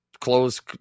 clothes